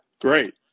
Great